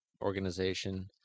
organization